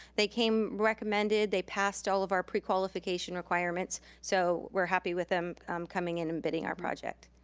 they came recommended. they passed all of our prequalification requirements, so we're happy with them coming in and bidding our project.